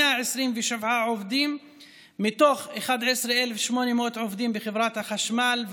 127 עובדים מתוך 11,800 עובדים בחברת החשמל,